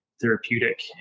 therapeutic